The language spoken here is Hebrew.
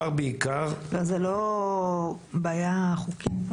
זה לא בעיה חוקית?